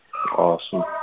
Awesome